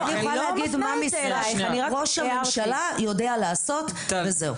אני יכולה להגיד מה משרד ראש הממשלה יודע לעשות וזהו.